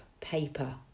paper